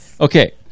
okay